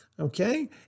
Okay